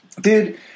Dude